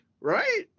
right